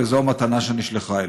וזאת המתנה שנשלחה אלינו.